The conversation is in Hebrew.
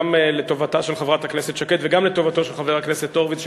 גם לטובתה של חברת הכנסת שקד וגם לטובתו של חבר הכנסת הורוביץ,